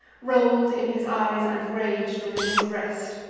roll'd in his eyes, and rag'd within his breast.